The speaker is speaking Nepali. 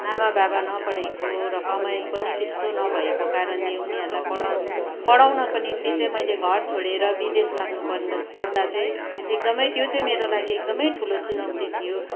आमा बाबा नपढेको र कमाई पनि त्यस्तो नभएको कारणले उनीहरूलाई पढाउ पढाउनको निम्ति चाहिँ मैले घर छोडेर विदेश लाग्नु पर्दा चाहिँ एकदमै त्यो चाहिँ मेरो लागि एकदमै ठुलो चुनौती थियो